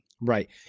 Right